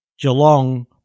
Geelong